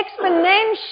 Exponential